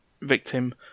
victim